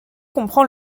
comprend